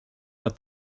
that